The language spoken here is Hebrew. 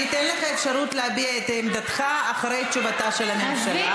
אני אתן לך אפשרות להביע את עמדתך אחרי תשובתה של הממשלה.